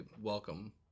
welcome